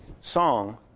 song